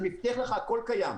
אני מבטיח לך הכול קיים.